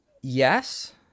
yes